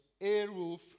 Airwolf